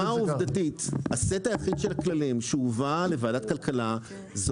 ברמה העובדתית הסט היחיד של הכללים שהובא לוועדת הכלכלה זה